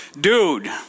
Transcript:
dude